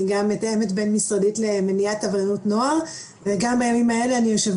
אני גם מתאמת בין משרדית למניעת עבריינות נוער וגם בימים האלה אני יושבת